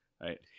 right